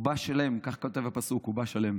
הוא בא שלם, כך כותב הפסוק, הוא בא שלם.